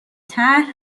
طرح